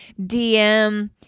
dm